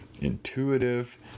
intuitive